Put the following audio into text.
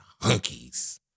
hunkies